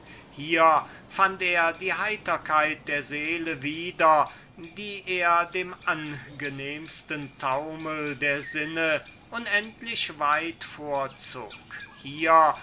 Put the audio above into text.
hier fand er die heiterkeit der seele wieder die er dem angenehmsten taumel der sinne unendlich weit vorzog